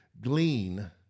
glean